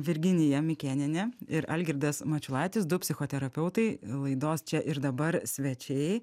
virginija mikėnienė ir algirdas mačiulaitis du psichoterapeutai laidos čia ir dabar svečiai